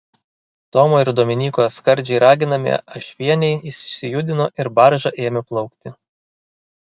tomo ir dominyko skardžiai raginami ašvieniai išsijudino ir barža ėmė plaukti